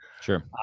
sure